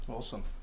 Awesome